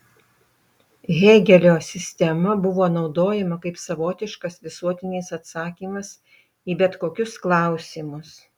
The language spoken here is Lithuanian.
hėgelio sistema buvo naudojama kaip savotiškas visuotinis atsakymas į bet kokius klausimus